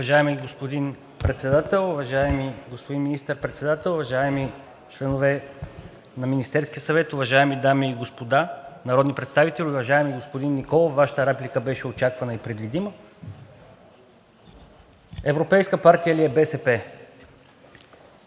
Уважаеми господин Председател, уважаеми господин Министър-председател, уважаеми членове на Министерския съвет, уважаеми дами и господа народни представители! Уважаеми господин Николов, Вашата реплика беше очаквана и предвидима. Европейска партия ли е БСП?